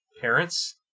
parents